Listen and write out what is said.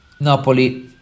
Napoli